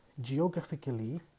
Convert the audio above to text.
geographically